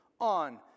on